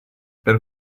per